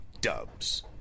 Dubs